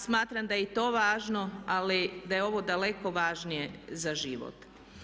Smatram da je i to važno ali da je ovo daleko važnije za život.